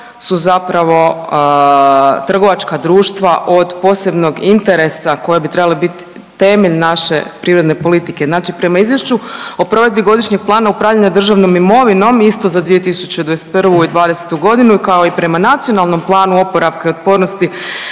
su zapravo trgovačka društva od posebnog interesa koja bi trebala biti temelj naše privredne politike. Znači prema Izvješću o provedbi Godišnjeg plana upravljanja državnom imovinom isto za 2021. i '20. godinu kao i prema Nacionalnom planu oporavka i otpornosti